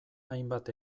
hainbat